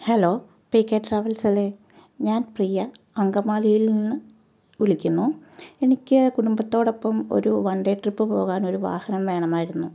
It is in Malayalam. ഹലോ പി കെ ട്രാവൽസല്ലേ ഞാൻ പ്രിയ അങ്കമാലിയിൽ നിന്ന് വിളിക്കുന്നു എനിക്ക് കുടുംബത്തോടൊപ്പം ഒരു വൺ ഡേ ട്രിപ്പ് പോകാൻ ഒരു വാഹനം വേണമായിരുന്നു